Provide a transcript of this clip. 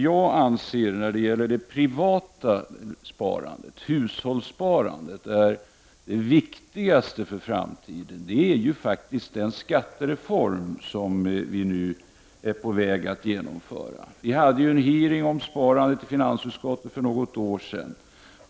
Jag anser att det viktigaste för det privata sparandet, hushållssparandet, i framtiden är den skattereform som vi nu är på väg att genomföra. Finansutskottet anordnade ju en hearing om sparandet för något år sedan.